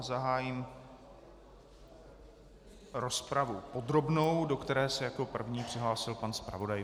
Zahájím rozpravu podrobnou, do které se jako první přihlásil pan zpravodaj.